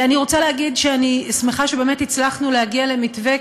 אני רוצה להגיד שאני שמחה שהצלחנו להגיע למתווה,